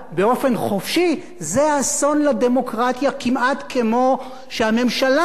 זה אסון לדמוקרטיה כמעט כמו כשהממשלה לא מעריכה את החופש.